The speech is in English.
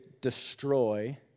destroy